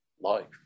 life